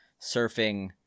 surfing